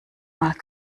mal